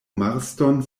marston